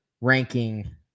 ranking